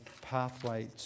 pathway